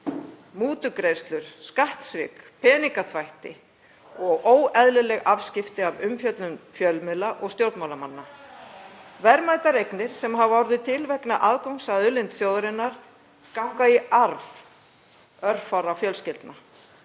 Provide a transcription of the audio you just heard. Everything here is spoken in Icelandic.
Mútugreiðslur, skattsvik, peningaþvætti og óeðlileg afskipti af umfjöllun fjölmiðla og stjórnmálamanna. Verðmætar eignir sem orðið hafa til vegna aðgangs að auðlind þjóðarinnar ganga í arf til örfárra fjölskyldna.